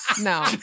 No